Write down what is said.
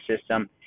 system